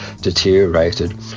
deteriorated